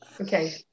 Okay